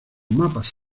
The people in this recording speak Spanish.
mapas